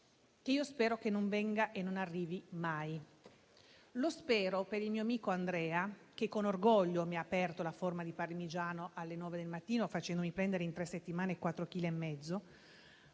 che io spero non arrivi mai. Lo spero per il mio amico Andrea, che con orgoglio mi ha aperto la forma di parmigiano alle 9 del mattino, facendomi prendere quattro chili e mezzo